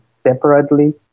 separately